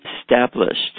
established